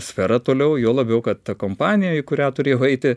sferą toliau juo labiau kad ta kompanija į kurią turėjau eiti